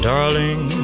Darling